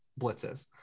blitzes